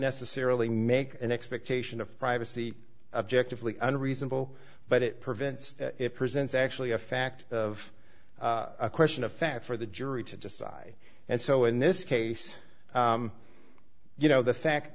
necessarily make an expectation of privacy objective and reasonable but it prevents it presents actually a fact of a question of fact for the jury to decide and so in this case you know the fact